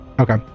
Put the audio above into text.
Okay